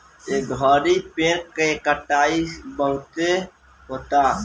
ए घड़ी पेड़ के कटाई बहुते होता